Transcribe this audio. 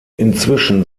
inzwischen